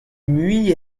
mui